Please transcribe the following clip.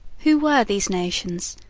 who were these nations,